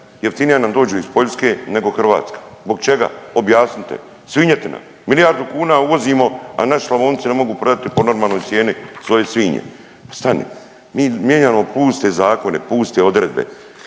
jeftinija nam dođu iz Poljske nego hrvatska, zbog čega, objasnite? Svinjetina, milijardu kuna uvozimo, a naši Slavonci ne mogu prodati po normalnoj cijeni svoje svinje, pa stani. Mi mijenjamo puste zakone, puste odredbe.